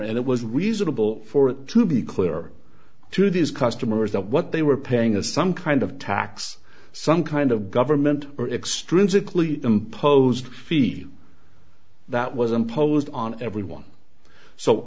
and it was reasonable for it to be clear to these customers that what they were paying or some kind of tax some kind of government or extrinsically imposed feel that was imposed on everyone so